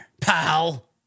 pal